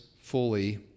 fully